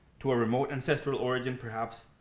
to a remote ancestral origin perhaps,